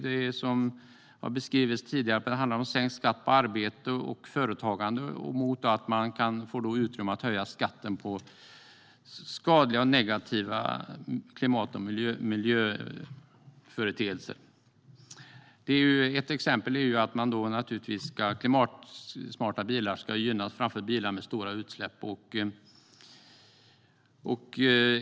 Det har beskrivits tidigare och handlar om sänkt skatt på arbete och företagande mot att man får utrymme att höja skatten på skadliga och negativa klimat och miljöföreteelser. Ett exempel är att klimatsmarta bilar ska gynnas framför bilar med stora utsläpp.